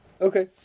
Okay